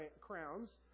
crowns